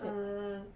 err